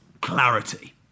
clarity